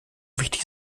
wichtig